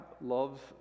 loves